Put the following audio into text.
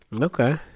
Okay